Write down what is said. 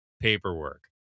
paperwork